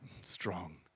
strong